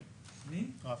מטה,